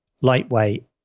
lightweight